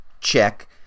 check